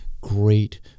great